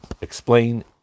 explain